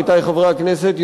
עמיתי חברי הכנסת,